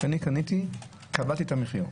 כשאני קניתי, קבעתי את המחיר.